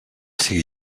sigui